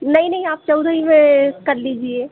नहीं नहीं आप चौदह ही में कर लीजिए